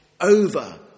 over